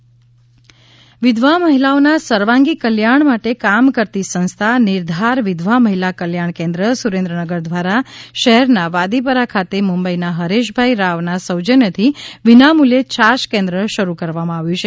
છાશ કેન્ક્ વિધવા મહિલાઓના સર્વાંગી કલ્યાણ માટે કામ કરતી સંસ્થા નિર્ધાર વિધવા મહિલા કલ્યાણ કેન્દ્ર સુરેન્દ્રનગર દ્વારા શહેરના વાદીપરા ખાતે મુંબઈના હરેશભાઈ રાવના સૌજન્યથી વિનામૂલ્યે છાશ કેન્દ્ર શ રૂ કરવામાં આવ્યું છે